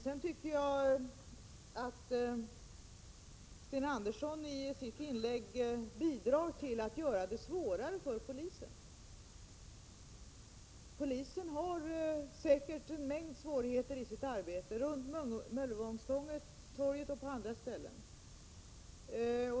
Sedan tycker jag att Sten Andersson i sitt inlägg bidrar till att göra det svårare för polisen. Polisen har säkert en mängd svårigheter i sitt arbete, runt Möllevångstorget och på andra ställen.